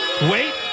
wait